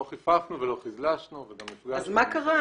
לא חיפפנו ולא חיזל"שנו וגם נפגשנו --- אז מה קרה?